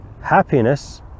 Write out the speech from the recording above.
happiness